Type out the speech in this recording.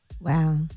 Wow